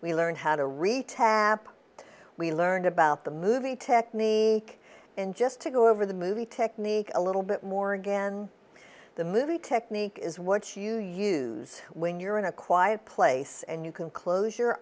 we learned how to read tap we learned about the movie technique and just to go over the movie technique a little bit more again the movie technique is what you use when you're in a quiet place and you can close your